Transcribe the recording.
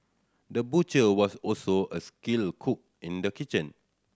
the butcher was also a skilled cook in the kitchen